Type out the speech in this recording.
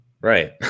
right